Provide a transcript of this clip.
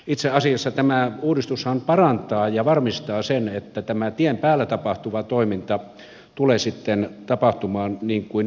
itse asiassa tämä uudistushan parantaa ja varmistaa sen että tämä tien päällä tapahtuva toiminta tulee sitten tapahtumaan niin kuin järkevää on